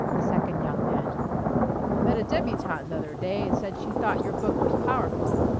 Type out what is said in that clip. the second young man met a debutante th'other day said she thought your book was powerful.